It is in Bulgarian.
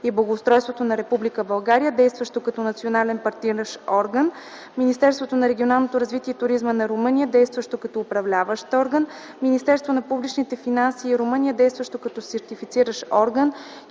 и благоустройството на Република България, действащо като Национален партниращ орган, Министерството на регионалното развитие и туризма на Румъния, действащо като Управляващ орган, Министерството на публичните финанси на Румъния, действащо като Сертифициращ орган,